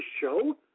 show